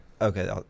Okay